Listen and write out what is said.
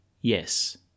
yes